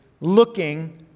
looking